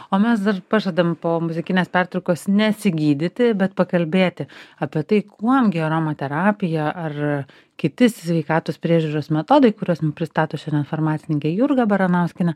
o mes pažadam po muzikinės pertraukos nesigydyti bet pakalbėti apie tai kuom gi aromaterapija ar kiti sveikatos priežiūros metodai kuriuos pristato šiandien farmacininkė jurga baranauskienė